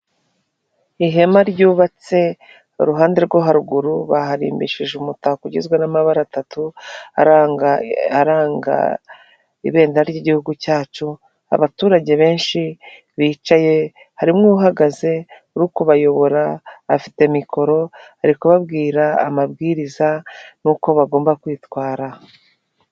Ihema ryubatse iruhande rwo haruguru baharimbishije umutako ugizwe n'amabara atatu aranga aranga ibendera ry'igihugu cyacu abaturage benshi bicaye harimo uhagaze uri kubayobora afite mikoro ari kubabwira amabwiriza nukouko bagomba kwitwara.